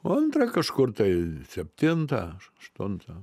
o antrą kažkur tai septintą aš aštuntą